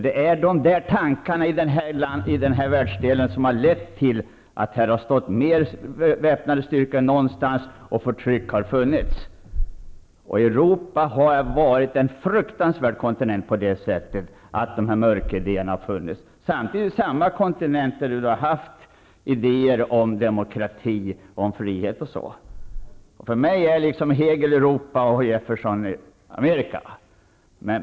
Det är dessa tankar i denna världsdel som har lett till att det har varit förtryck och att det har stått mer väpnade styrkor här än någon annanstans. Europa har varit en fruktansvärt drabbad kontinent till följd av dessa idéer. Samtidigt har samma kontinent haft idéer om demokrati, frihet. För mig är Hegel Europa och Jefferson Amerika.